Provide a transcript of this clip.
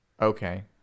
Okay